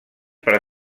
per